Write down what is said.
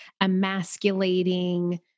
emasculating